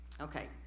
Okay